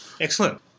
Excellent